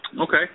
Okay